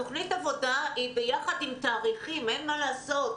ותוכנית עבודה כוללת תאריכים אין מה לעשות.